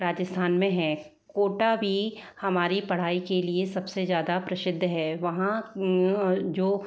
राजस्थान में है कोटा भी हमारी पढ़ाई के लिए सबसे ज़्यादा प्रसिद्ध है वहाँ जो